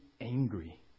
angry